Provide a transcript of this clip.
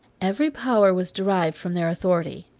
every power was derived from their authority,